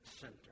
center